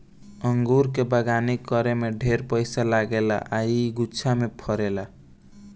अंगूर के बगानी करे में ढेरे पइसा लागेला आ इ गुच्छा में फरेला